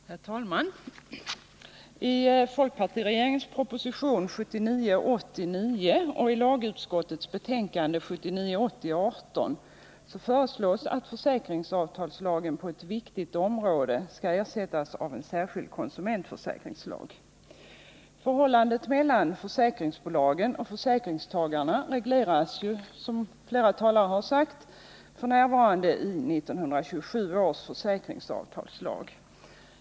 Herr talman! I folkpartiregeringens proposition 1979 80:18 föreslås att försäkringsavtalslagen på ett viktigt område skall ersättas av en särskild konsumentförsäkringslag. Förhållandet mellan försäkringsbolagen och försäkringstagarna regleras, som flera talare har sagt, f. n. i 1927 års försäkringsavtalslag.